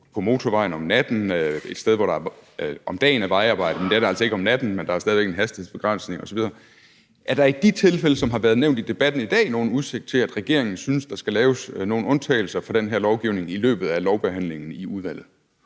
på motorvejen om natten – et sted, hvor der om dagen er vejarbejde, hvilket der altså ikke er om natten, men der er stadig væk en hastighedsbegrænsning. Er der i de tilfælde, som har været nævnt i debatten i dag, nogen udsigt til, at regeringen synes, at der skal laves nogle undtagelser fra den her lovgivning i løbet af lovbehandlingen i udvalget?